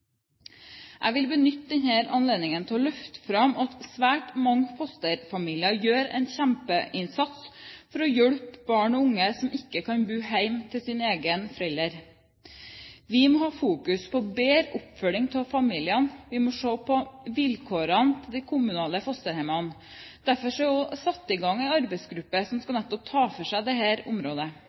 Jeg vil benytte denne anledningen til å løfte fram at svært mange fosterfamilier gjør en kjempeinnsats for å hjelpe barn og unge som ikke kan bo hjemme hos sine egne foreldre. Vi må ha fokus på bedre oppfølging av familiene, og vi må se på vilkårene til de kommunale fosterhjemmene. Derfor er det også satt i gang en arbeidsgruppe som nettopp skal ta for seg dette området.